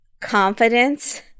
confidence